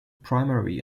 primary